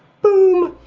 boom,